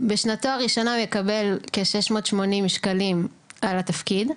בשנתו הראשונה מקבל כשש מאות שמונים שקלים על התפקיד,